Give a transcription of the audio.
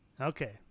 Okay